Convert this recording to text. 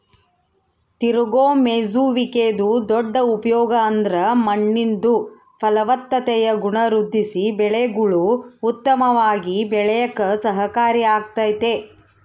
ತಿರುಗೋ ಮೇಯ್ಸುವಿಕೆದು ದೊಡ್ಡ ಉಪಯೋಗ ಅಂದ್ರ ಮಣ್ಣಿಂದು ಫಲವತ್ತತೆಯ ಗುಣ ವೃದ್ಧಿಸಿ ಬೆಳೆಗುಳು ಉತ್ತಮವಾಗಿ ಬೆಳ್ಯೇಕ ಸಹಕಾರಿ ಆಗ್ತತೆ